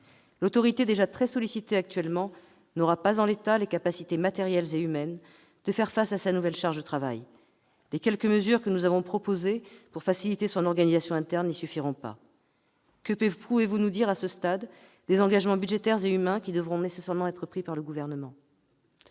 L'autorité, déjà très sollicitée, n'a pas, en l'état, les capacités matérielles et humaines de faire face à sa nouvelle charge de travail. Les quelques mesures que nous avons proposées pour faciliter son organisation interne n'y suffiront pas. Que pouvez-vous nous dire, à ce stade, des engagements budgétaires et humains qui devront nécessairement être pris par le Gouvernement ?